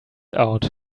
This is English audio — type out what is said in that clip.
out